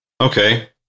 Okay